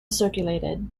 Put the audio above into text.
circulated